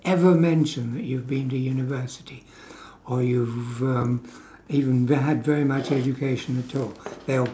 ever mentioned that you've been to university or if you've um even had very much education at all they'll